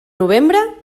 novembre